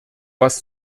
was